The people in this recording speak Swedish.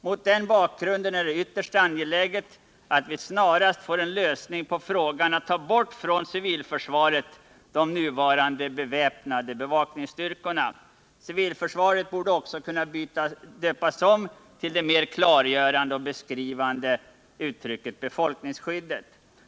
Mot den bakgrunden är det ytterst angeläget att vi snarast får en lösning på frågan att ta bort från civilförsvaret de nuvarande beväpnade bevakningsstyrkorna. Civilförsvaret bör också döpas om till det mer klargörande och beskrivande uttrycket ”befolkningsskyddet”.